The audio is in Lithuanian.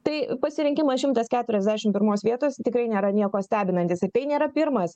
tai pasirinkimas šimtas keturiasdešim pirmos vietos tikrai nėra nieko stebinantis ir tai nėra pirmas